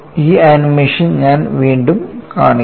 ഈ ആനിമേഷൻ ഞാൻ വീണ്ടും കാണിക്കും